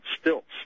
stilts